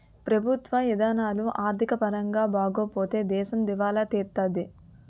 ప్రభుత్వ ఇధానాలు ఆర్థిక పరంగా బాగోపోతే దేశం దివాలా తీత్తాది